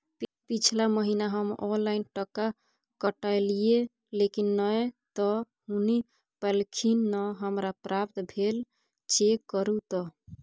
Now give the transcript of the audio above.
पिछला महीना हम ऑनलाइन टका कटैलिये लेकिन नय त हुनी पैलखिन न हमरा प्राप्त भेल, चेक करू त?